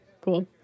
Cool